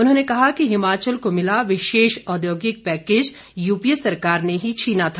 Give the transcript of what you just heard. उन्होंने कहा कि हिमाचल को मिला विशेष औद्योगिक पैकेज यूपीए सरकार ने ही छिना था